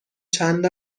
چند